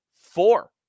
four